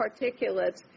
particulates